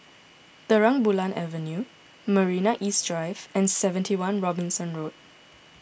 Terang Bulan Avenue Marina East Drive and seventy one Robinson Road